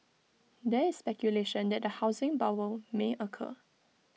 there is speculation that A housing bubble may occur